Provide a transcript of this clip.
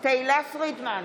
תהלה פרידמן,